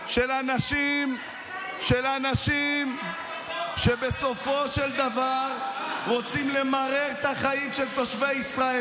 של אנשים שבסופו של דבר רוצים למרר את החיים של תושבי ישראל.